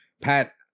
Pat